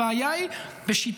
הבעיה היא בשיטת